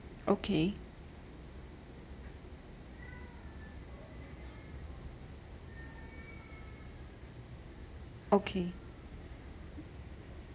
okay okay